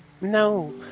No